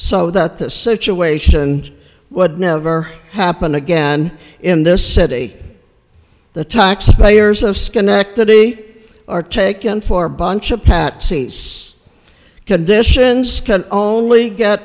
so that the situation would never happen again in this city the taxpayers of schenectady are taken for bunch of pat seats conditions can only get